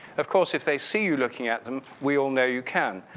of course if they see you looking at them, we all know you can.